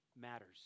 matters